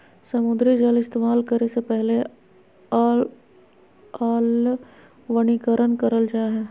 समुद्री जल इस्तेमाल करे से पहले अलवणीकरण करल जा हय